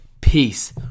Peace